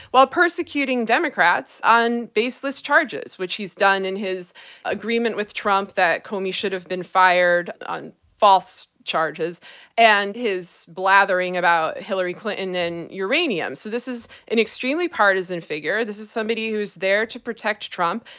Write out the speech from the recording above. while persecuting democrats on baseless charges, which he's done in his agreement with trump that comey should have been fired on false charges and his blathering about hillary clinton and uranium. so, this is an extremely partisan figure. this is somebody who's there to protect trump.